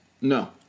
No